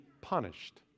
punished